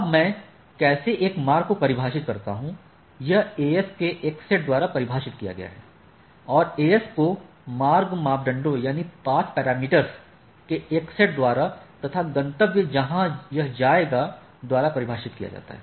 अब मैं कैसे एक मार्ग को परिभाषित करता हूं यह AS के एक सेट द्वारा परिभाषित किया गया है और AS को मार्ग मापदंडों के एक सेट द्वारा तथा गंतव्य जहां यह जाएगा द्वारा परिभाषित किया जाता है